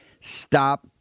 Stop